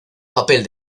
papel